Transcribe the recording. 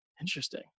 Interesting